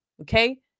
Okay